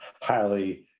highly